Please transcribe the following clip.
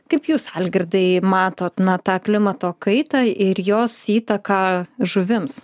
kaip jūs algirdai matot na tą klimato kaitą ir jos įtaką žuvims